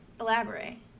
elaborate